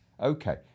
Okay